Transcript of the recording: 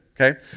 Okay